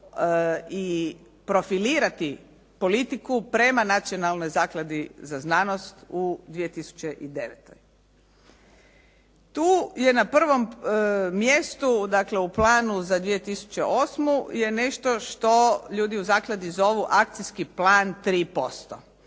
i profilirati politiku prema Nacionalnoj zakladi za znanost u 2009. Tu je na prvom mjestu dakle u planu za 2008. je nešto što ljudi u zakladi zovu akcijski plan 3%.